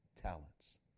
talents